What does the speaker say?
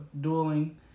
dueling